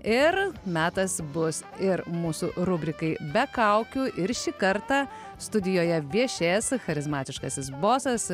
ir metas bus ir mūsų rubrikai be kaukių ir šį kartą studijoje viešės charizmatiškasis bosas